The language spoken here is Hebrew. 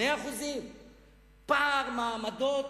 2% פער מעמדות,